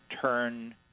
turn